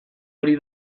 hori